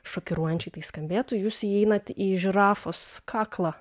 šokiruojančiai tai skambėtų jūs įeinat į žirafos kaklą